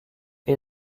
est